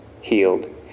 healed